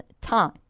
time